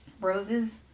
roses